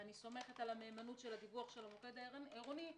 אני סומכת על המהימנות של הדיווח של המוקד העירוני,